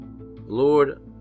Lord